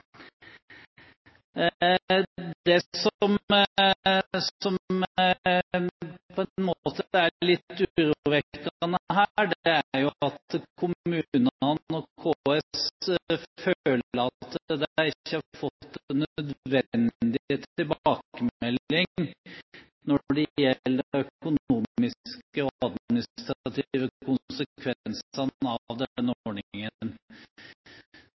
en syv–åtte år siden. Det som er litt urovekkende her, er at kommunene og KS føler at de ikke har fått den nødvendige tilbakemelding når det gjelder de økonomiske og administrative konsekvensene av